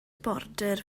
border